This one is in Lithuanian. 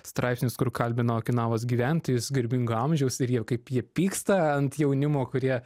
straipsnius kur kalbino okinavos gyventojus garbingo amžiaus ir jie kaip jie pyksta ant jaunimo kurie